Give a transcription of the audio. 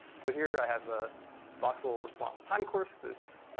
so here i have a voxel response time course, this